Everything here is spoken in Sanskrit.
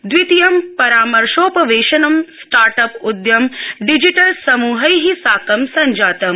प्रथमं परामर्शोपवेशनं स्टार्ट अप् उद्यम डिजिटल समूहै साकं सञ्जातम्